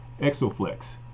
Exoflex